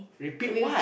repeat what